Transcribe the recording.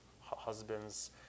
husbands